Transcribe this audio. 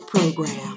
Program